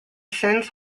since